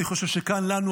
אני חושב שכאן לנו,